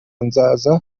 nzaba